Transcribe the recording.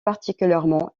particulièrement